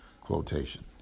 quotation